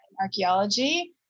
archaeology